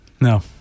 No